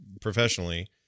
professionally